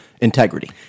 Integrity